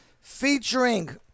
Featuring